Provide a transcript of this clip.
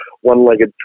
one-legged